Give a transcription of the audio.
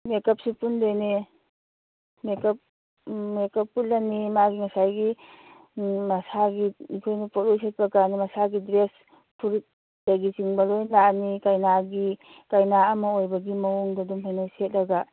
ꯃꯦꯀꯞꯁꯨ ꯄꯨꯟꯗꯣꯏꯅꯦ makeup makeup ꯄꯨꯜꯂꯅꯤ ꯃꯥꯒꯤ ꯉꯁꯥꯏꯒꯤ ꯃꯁꯥꯒꯤ ꯑꯩꯈꯣꯏꯅ ꯄꯣꯂꯣꯏ ꯁꯦꯠꯄꯀꯥꯟꯗ ꯃꯁꯥꯒꯤ ꯗ꯭ꯔꯦꯁ ꯐꯨꯔꯤꯠꯇꯒꯤꯆꯤꯡꯕ ꯂꯣꯏ ꯂꯥꯛꯑꯅꯤ ꯀꯩꯅꯥꯒꯤ ꯀꯩꯅꯥ ꯑꯃ ꯑꯣꯏꯕꯒꯤ ꯃꯑꯣꯡꯗ ꯑꯗꯨꯝ ꯐꯅꯦꯛ ꯁꯦꯠꯂꯒ